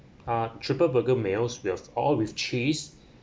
ah trooper burger meals with all the cheese